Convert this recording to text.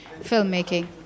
filmmaking